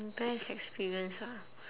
best experience ah